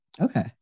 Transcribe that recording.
Okay